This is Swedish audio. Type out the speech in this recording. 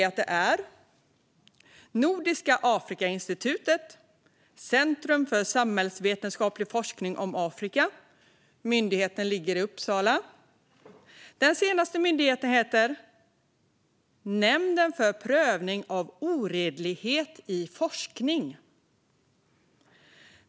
Ett är Nordiska Afrikainstitutet, ett centrum för samhällsvetenskaplig forskning om Afrika. Myndigheten ligger i Uppsala. Den senaste myndigheten heter Nämnden för prövning av oredlighet i forskning.